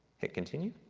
hit continue.